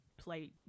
play